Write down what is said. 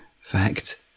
Fact